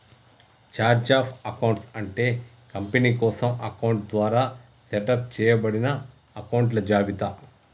chart of accounts అంటే company కోసం accountant ద్వారా సెటప్ చేయబడిన అకొంట్ల జాబితా